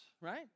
right